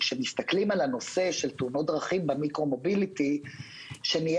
שכשמסתכלים על הנושא של תאונות דרכים במיקרו מוביליטי שנהיה